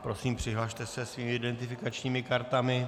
Prosím, přihlaste se svými identifikačními kartami.